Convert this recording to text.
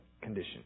condition